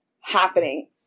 happening